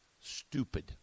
Stupid